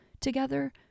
together